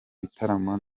bitaramo